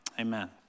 amen